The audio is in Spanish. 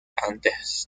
antes